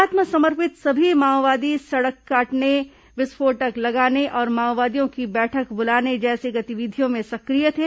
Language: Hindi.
आत्मसमर्पित सभी माओवादी सड़क काटने विस्फोटक लगाने और माओवादियों की बैठक बुलाने जैसे गतिविधियों में सक्रिय थे